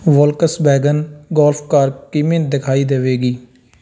Volkswagen golf car ਕਿਵੇਂ ਦਿਖਾਈ ਦੇਵੇਗੀ